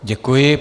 Děkuji.